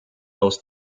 aus